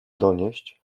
donieść